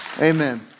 Amen